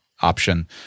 option